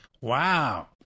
Wow